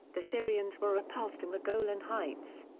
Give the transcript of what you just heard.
the syrians were repulsed in the golan heights.